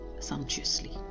sumptuously